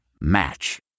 Match